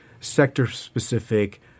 sector-specific